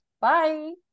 Bye